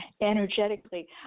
energetically